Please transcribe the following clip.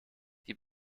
die